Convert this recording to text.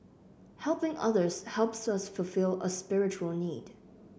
helping others helps us fulfil a spiritual need